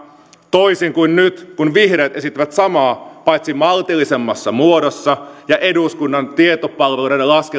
toisin kuin nyt kun vihreät esittävät samaa paitsi maltillisemmassa muodossa ja eduskunnan tietopalveluiden laskelmien kautta